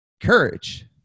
courage